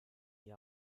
die